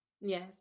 yes